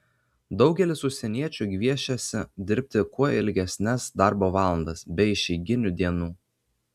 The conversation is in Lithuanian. daugelis užsieniečių gviešiasi dirbti kuo ilgesnes darbo valandas be išeiginių dienų